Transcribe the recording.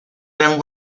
then